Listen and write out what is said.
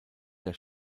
der